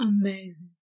Amazing